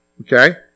Okay